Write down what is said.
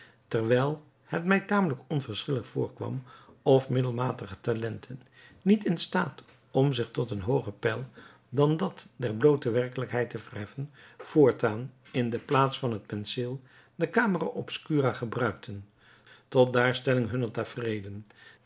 terwijl het mij tamelijk onverschillig voorkwam of middelmatige talenten niet in staat om zich tot een hooger peil dan dat der bloote werkelijkheid te verheffen voortaan in de plaats van het penseel de camera obscura gebruikten tot daarstelling hunner